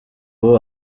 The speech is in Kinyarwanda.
ubu